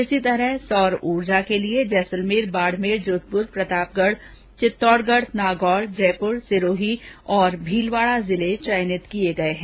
इसी तरह सौर ऊर्जा के लिए जैसलमेर बाडमेर जोधपुर प्रतापगढ चित्तौडगढ नागौर जयपुर सिरोही और भीलवाड़ा जिले चयनित किए गए हैं